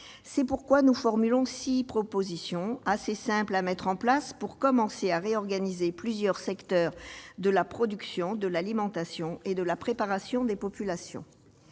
C'est pourquoi nous formulons six propositions, assez simples à mettre en place, pour commencer à réorganiser plusieurs secteurs de la production, de l'alimentation et de la préparation des populations.